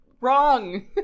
wrong